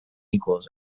equals